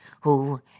who